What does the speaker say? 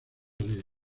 días